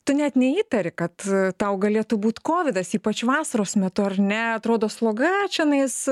tu net neįtari kad tau galėtų būt kovidas ypač vasaros metu ar ne atrodo sloga čionais